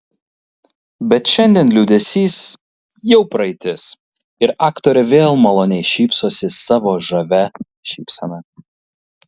bet šiandien liūdesys jau praeitis ir aktorė vėl maloniai šypsosi savo žavia šypsena